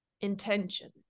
intention